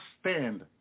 stand